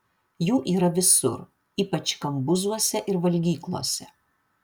jų yra visur ypač kambuzuose ir valgyklose